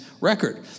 record